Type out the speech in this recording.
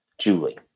Julie